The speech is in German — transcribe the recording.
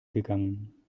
gegangen